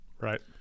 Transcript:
Right